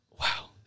wow